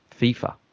FIFA